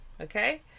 Okay